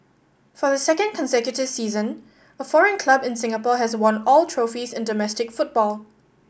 for the second consecutive season a foreign club in Singapore has won all trophies in domestic football